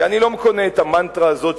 כי אני לא קונה את המנטרה הזאת,